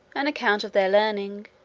an account of their learning.